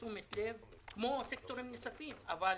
תשומת לב כמו סקטורים נוספים, אבל